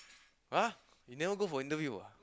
!huh! you never go for interview ah